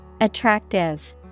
Attractive